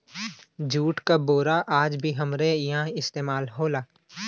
jute क बोरा आज भी हमरे इहां इस्तेमाल होला